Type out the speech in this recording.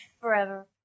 Forever